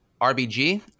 RBG